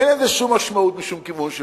אין לזה שום משמעות משום כיוון שהוא.